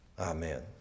Amen